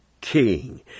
king